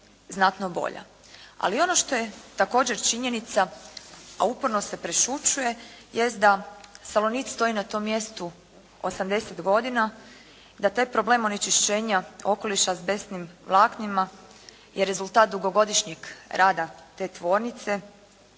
znatno bolja. Ali ono što je također činjenica, a uporno se prešućuje jest da "Salonit" stoji na tom mjestu 80 godina, da taj problem onečišćenja okoliša azbestnim vlaknima je rezultat dugogodišnjeg rada te tvornice